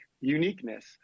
uniqueness